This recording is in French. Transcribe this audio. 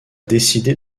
décidé